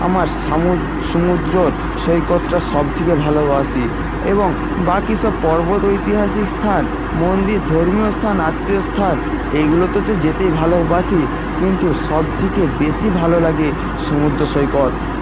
আমার সমুদ্রর সৈকতটা সবথেকে ভালোবাসি এবং বাকি সব পর্বত ঐতিহাসিক স্থান মন্দির ধর্মীয় স্থান আত্মীয় স্থান এইগুলোতে তো যেতে ভালোবাসি কিন্তু সবথেকে বেশি ভালো লাগে সমুদ্র সৈকত